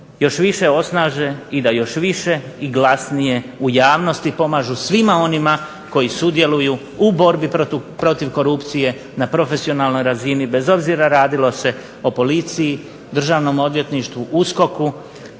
još više osnaže i da još više i glasnije u javnosti pomažu svima onima koji sudjeluju u borbi protiv korupcije na profesionalnoj razini bez obzira radilo se o policiji, državnom odvjetništvu, USKOK-u